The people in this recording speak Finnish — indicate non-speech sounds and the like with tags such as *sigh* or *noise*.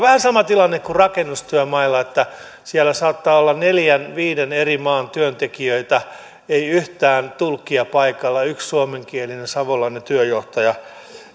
*unintelligible* vähän sama tilanne kuin rakennustyömailla siellä saattaa olla neljän viiden eri maan työntekijöitä ei yhtään tulkkia paikalla yksi suomenkielinen savolainen työnjohtaja